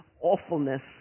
awfulness